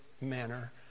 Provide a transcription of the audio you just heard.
manner